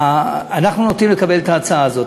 אנחנו נוטים לקבל את ההצעה הזאת,